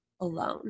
Alone